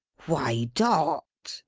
why, dot!